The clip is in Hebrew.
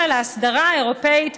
וכן על האסדרה האירופית בנושא,